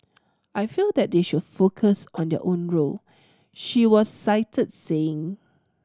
I feel that they should focus on their own role she was cited saying